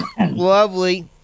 Lovely